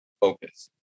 focus